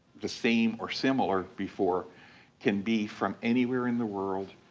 the same or similar before can be from anywhere in the world.